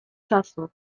czasu